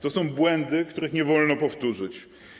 To są błędy, których nie wolno powtórzyć.